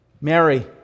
Mary